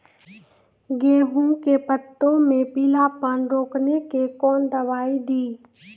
गेहूँ के पत्तों मे पीलापन रोकने के कौन दवाई दी?